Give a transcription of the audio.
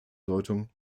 deutung